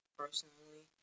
personally